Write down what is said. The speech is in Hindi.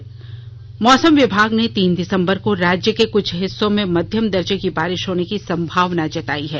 और मौसम विभाग ने तीन दिसम्बर को राज्य के कुछ हिस्सों में मध्यम दर्जे की बारिश होने की संभावना जतायी है